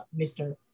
Mr